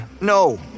no